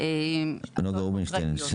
נוגה רובינשטיין,